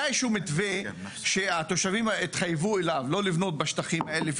היה איזשהו מתווה שהתושבים התחייבו אליו שלא לבנות בשטחים האלה,